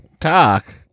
Talk